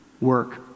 work